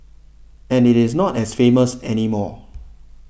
and it is not as famous anymore